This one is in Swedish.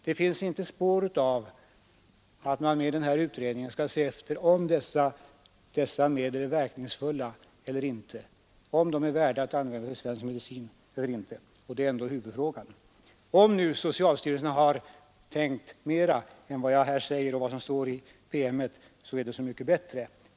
Det finns inte ett spår av någon tanke på att man med utredningen skulle undersöka om dessa medel är verkningsfulla eller inte, om de är värda att användas som medicin eller inte; och det är ändå huvudfrågan. Om nu socialstyrelsen tänkt mera än jag här påstår och mera än vad som står i promemorian, så är det så mycket bättre.